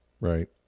right